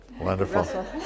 Wonderful